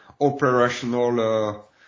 operational